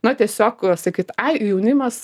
na tiesiog sakyt ai jaunimas